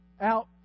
out